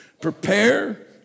prepare